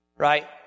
Right